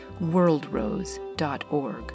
worldrose.org